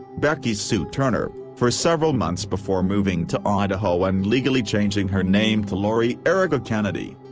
becky sue turner, for several months before moving to idaho and legally changing her name to lori erica kennedy.